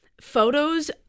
photos